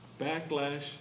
backlash